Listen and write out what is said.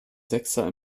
sechser